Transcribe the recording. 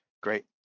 great